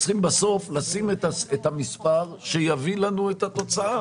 בסוף אנחנו צריכים לשים את המספר שיביא לנו את התוצאה.